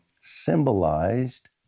symbolized